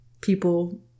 people